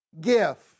gift